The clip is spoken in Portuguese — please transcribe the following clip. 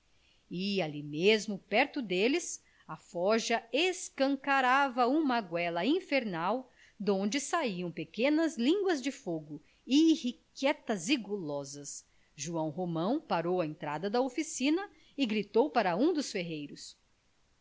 ali mesmo perto deles a forja escancarava uma goela infernal de onde saiam pequenas línguas de fogo irrequietas e gulosas joão romão parou à entrada da oficina e gritou para um dos ferreiros